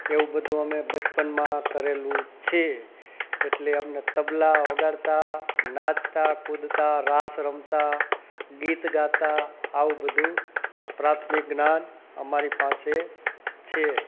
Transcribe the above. એવું બધું અમે બચપણમાં કરેલું છે એટલે અમને તબલા વગાડતા નાચતા કૂદતા રાસ રમતા ગીત ગાતા આવું બધુ પ્રાથમિક જ્ઞાન અમારી પાસે છે